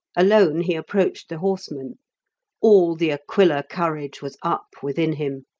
alone he approached the horsemen all the aquila courage was up within him.